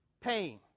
pain